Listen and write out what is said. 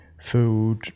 food